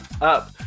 up